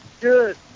Good